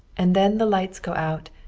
and then the lights go out,